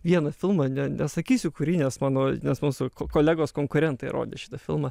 vieną filmą ne nesakysiu kurį nes mano nes mūsų kolegos konkurentai rodys šitą filmą